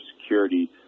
security